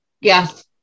yes